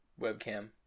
webcam